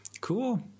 Cool